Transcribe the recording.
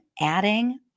adding